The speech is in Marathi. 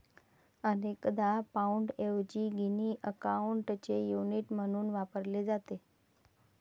अनेकदा पाउंडऐवजी गिनी अकाउंटचे युनिट म्हणून वापरले जाते